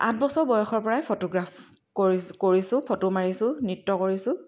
আঠ বছৰ বয়সৰ পৰাই ফটোগ্ৰাফ কৰিছ কৰিছোঁ ফটো মাৰিছোঁ নৃত্য কৰিছোঁ